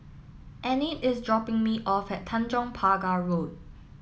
Enid is dropping me off at Tanjong Pagar Road